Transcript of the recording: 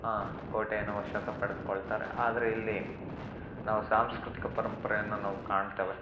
ಆ ಕೋಟೆಯನ್ನು ವಶಕ್ಕೆ ಪಡೆದುಕೊಳ್ತಾರೆ ಆದರೆ ಇಲ್ಲಿ ನಾವು ಸಾಂಸ್ಕೃತಿಕ ಪರಂಪರೆಯನ್ನು ನಾವು ಕಾಣ್ತೇವೆ